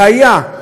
והיה,